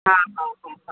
हा हा हा